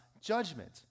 judgment